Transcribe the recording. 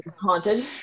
haunted